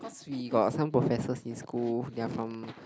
we got some professors in school they are from